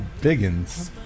Biggins